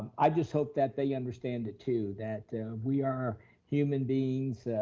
i just hope that they understand it too, that we are human beings,